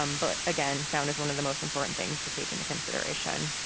um but again, sound is one of the most important things to take into consideration.